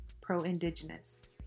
pro-Indigenous